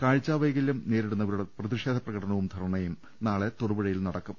കാഴ്ച വൈകല്യം നേരിടുന്നവരുടെ പ്രതിഷേധ പ്രകടനവും ധർണയും നാളെ തൊടുപുഴയിൽ നടക്കും